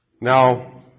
Now